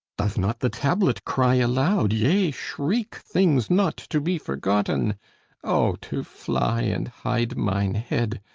doth not the tablet cry aloud, yea, shriek, things not to be forgotten oh, to fly and hide mine head!